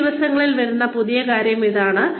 ഈ ദിവസങ്ങളിൽ വരുന്ന പുതിയ കാര്യം ഇതാണ്